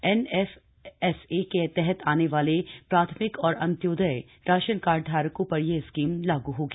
NFSA के तहत आने वाले प्राथमिक और अंत्योदय राशन काई धारकों पर यह स्कीम लागू होगी